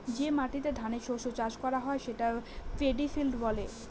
যে মাটিতে ধানের শস্য চাষ করা হয় সেটা পেডি ফিল্ড বলে